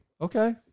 Okay